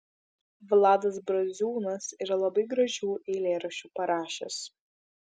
vladas braziūnas yra labai gražių eilėraščių parašęs